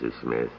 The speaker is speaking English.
Smith